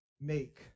make